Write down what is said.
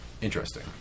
interesting